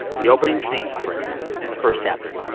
the opening scene, for instance, in the first chapter,